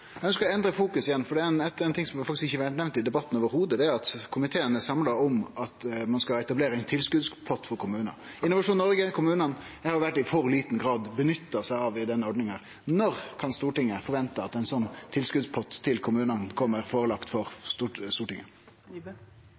Eg ønskjer å endre fokus igjen, for det er éin ting som faktisk ikkje har vore nemnt i debatten i det heile, og det er at komiteen er samla om at ein skal etablere ein tilskotspott for kommunar. Innovasjon Noreg og kommunane har i for liten grad vore nytta i denne ordninga. Når kan Stortinget forvente at ein sånn tilskotspott til kommunane kan bli lagd fram for Stortinget?